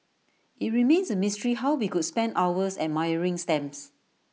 IT remains A mystery how we could spend hours admiring stamps